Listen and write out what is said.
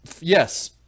yes